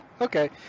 Okay